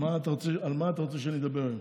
על מה אתה רוצה שאני אדבר היום?